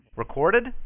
Recorded